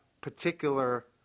particular